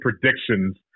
predictions